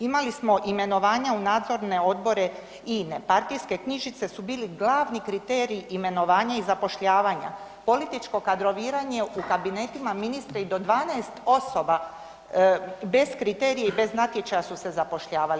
Imali smo imenovanja u nadzorne odbore INA-e, partijske knjižice su bili glavni kriteriji imenovanja i zapošljavanja, političko kadroviranje u kabinetima ministra i do 12 osoba bez kriterija i bez natječaja su se zapošljavali.